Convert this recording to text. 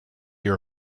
your